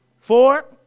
Four